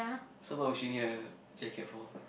so why would you need a jacket for